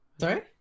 Sorry